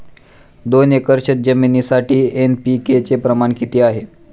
दोन एकर शेतजमिनीसाठी एन.पी.के चे प्रमाण किती आहे?